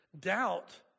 doubt